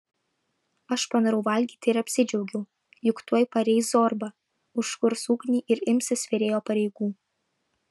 aš panorau valgyti ir apsidžiaugiau juk tuoj pareis zorba užkurs ugnį ir imsis virėjo pareigų